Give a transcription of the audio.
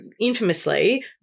infamously